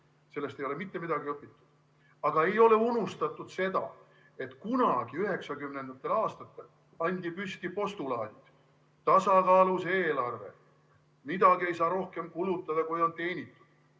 Sellest ei ole mitte midagi õpitud. Aga ei ole unustatud seda, et kunagi, 1990. aastatel pandi püsti tasakaalus eelarve postulaat: ei saa rohkem kulutada, kui on teenitud.